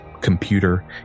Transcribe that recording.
computer